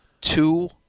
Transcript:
two